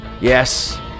Yes